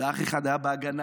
ואח אחד היה בהגנה,